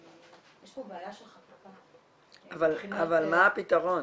יש פה בעיה של חקיקה מבחינת -- אבל מה הפתרון?